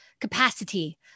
capacity